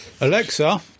Alexa